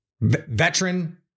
Veteran